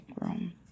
room